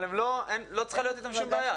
אבל לא צריכה להיות איתם שום בעיה.